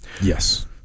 yes